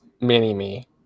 Mini-Me